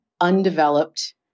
undeveloped